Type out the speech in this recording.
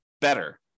better